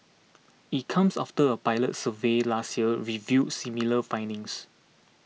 it comes after a pilot survey last year revealed similar findings